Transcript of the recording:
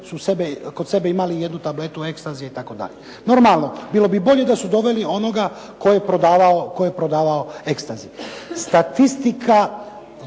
su kod sebe imali jednu tabletu ecstasya itd. Normalno bilo bi bolje da su doveli onoga tko je prodavao ecstasy. Statistika